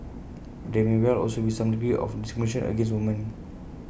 but there may well also be some degree of discrimination against women